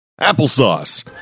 applesauce